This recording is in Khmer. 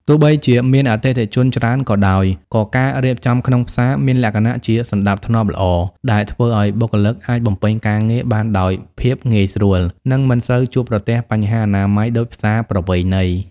ទោះបីជាមានអតិថិជនច្រើនក៏ដោយ ក៏ការរៀបចំក្នុងផ្សារមានលក្ខណៈជាសណ្តាប់ធ្នាប់ល្អ ដែលធ្វើឱ្យបុគ្គលិកអាចបំពេញការងារបានដោយភាពងាយស្រួល និងមិនសូវជួបប្រទះបញ្ហាអនាម័យដូចផ្សារប្រពៃណី។